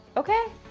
okay?